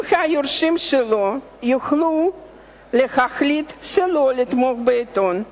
או היורשים שלו יוכלו להחליט שלא לתמוך בעיתון.